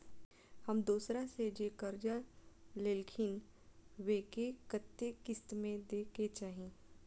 हम दोसरा से जे कर्जा लेलखिन वे के कतेक किस्त में दे के चाही?